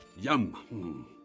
Yum